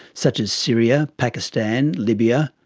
such as syria, pakistan, libya,